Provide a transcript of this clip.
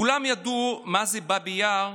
כולם ידעו מה זה באבי יאר,